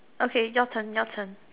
okay your turn your turn